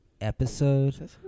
Episode